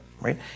Right